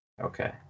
Okay